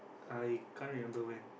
I can't remember when